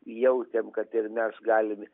jautėm kad ir mes galim